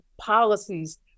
policies